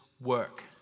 work